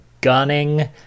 gunning